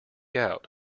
out